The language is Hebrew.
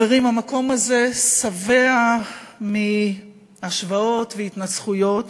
חברים, המקום הזה שבע מהשוואות ומהתנצחויות,